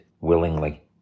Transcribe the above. willingly